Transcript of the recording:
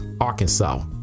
Arkansas